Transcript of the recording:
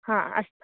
हा अस्तु